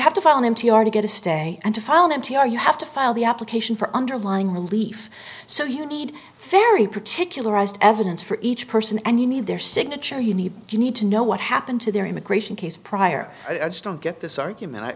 have to file an mt or to get a stay and to file m t r you have to file the application for underlying relief so you need very particular evidence for each person and you need their signature you need you need to know what happened to their immigration case prior i just don't get this argument